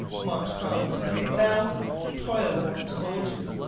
montcalm, with three thousand toil-worn soldiers,